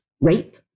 rape